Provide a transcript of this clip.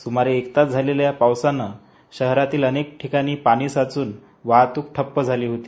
स्मारे एक तास झालेल्या पावसाम्ळे शहरातील अनेक ठिकाणी पाणी साचून वाहतूक ठप्प झाली होती